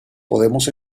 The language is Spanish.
podemos